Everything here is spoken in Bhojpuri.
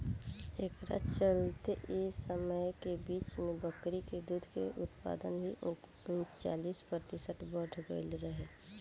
एकरा चलते एह समय के बीच में बकरी के दूध के उत्पादन भी उनचालीस प्रतिशत बड़ गईल रहे